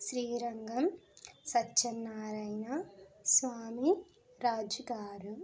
శ్రీ రంగం సత్యన్నారాయణ స్వామి రాజు గారు